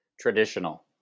Traditional